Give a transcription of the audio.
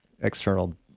external